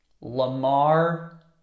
Lamar